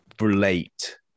relate